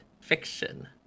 fiction